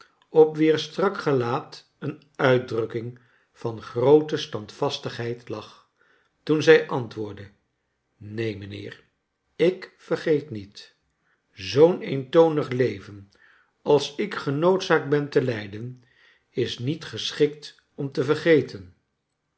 op wier strak gelaat een uitdrukking van groote standvastighoid lag toen zij antwoordde neen mijnheer ik vergeet niet zoo'n eentonig leven als ik genoodzaakt bon te lijden is niet geschikt om te vergeten